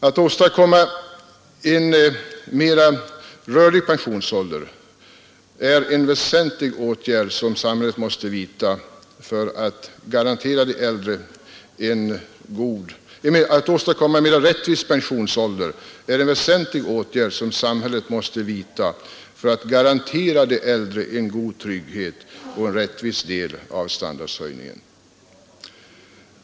Att åstadkomma en mer rättvis pensionsålder är en väsentlig åtgärd, som samhället måste vidta för att garantera de äldre en god trygghet och en rättvis del av standardhöjningen.